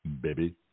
baby